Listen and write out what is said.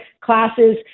classes